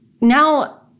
now